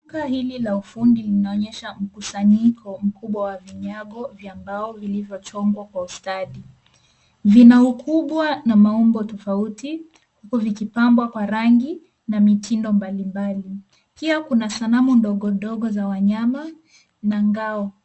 Duka hili la ufundi, linaonyesha mkusanyiko mkubwa wa vinyago vya mbao vilivyochongwa kwa ustadi. Vina ukubwa na maumbo tofauti, vikipambwa kwa rangi na mitindo mbalimbali. Pia kuna sanamu ndogo za wanyama, na ngao.